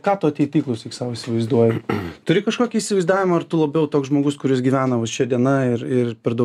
ką tu ateity klausyk sau įsivaizduoji turi kažkokį įsivaizdavimą ar tu labiau toks žmogus kuris gyvena va šia diena ir ir per daug